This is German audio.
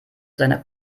seiner